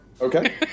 Okay